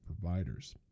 providers